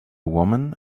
woman